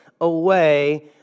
away